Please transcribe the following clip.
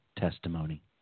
testimony